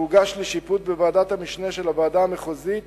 והוגש לשיפוט בוועדת המשנה של הוועדה המחוזית